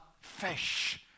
fish